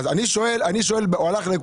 בבית חולים הוא מקבל,